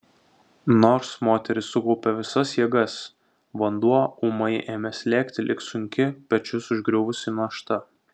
nors moteris sukaupė visas jėgas vanduo ūmai ėmė slėgti lyg sunki pečius užgriuvusi našta